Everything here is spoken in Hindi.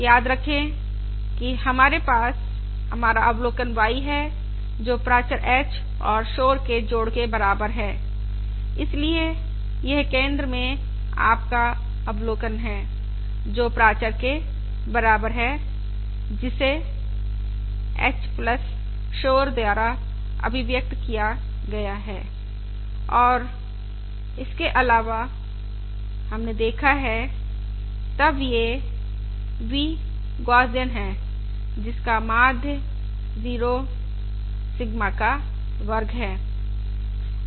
याद रखें कि हमारे पास हमारा अवलोकन y है जो प्राचर h और शोर के जोड़ के बराबर है इसलिए यह केंद्र में आपका अवलोकन है जो प्राचर के बराबर है जिसे h शोर द्वारा अभिव्यक्त किया गया है और इसके अलावा हमने देखा है तब यह v गौसियन है जिसका माध्य 0 सिग्मा का वर्ग है